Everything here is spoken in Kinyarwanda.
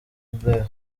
blair